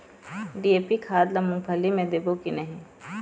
DAP खाद ला मुंगफली मे देबो की नहीं?